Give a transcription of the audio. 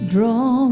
Draw